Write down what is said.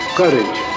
courage